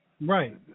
Right